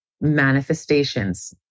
manifestations